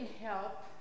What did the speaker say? help